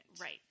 Right